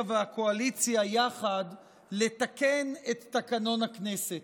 והקואליציה יחד לתקן את תקנון הכנסת.